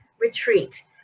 Retreat